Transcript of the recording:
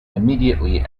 immediately